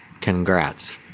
Congrats